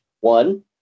One